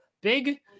Big